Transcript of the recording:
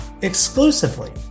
exclusively